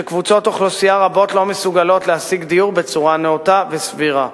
כשקבוצות אוכלוסייה רבות לא מסוגלות להשיג דיור בצורה נאותה וסבירה.